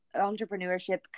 entrepreneurship